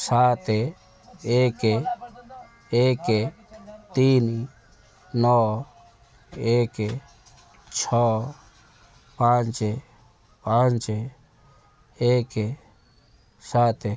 ସାତ ଏକ ଏକ ତିନି ନଅ ଏକ ଛଅ ପାଞ୍ଚ ପାଞ୍ଚ ଏକ ସାତେ